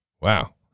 wow